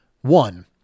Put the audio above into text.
one